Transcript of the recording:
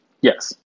Yes